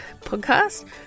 podcast